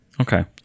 okay